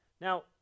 Now